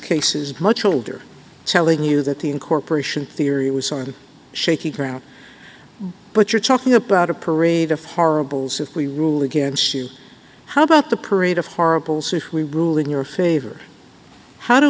cases much older telling you that the incorporation theory was on shaky ground but you're talking about a parade of horribles if we rule against you how about the parade of horribles if we rule in your favor how do